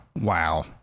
Wow